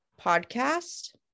podcast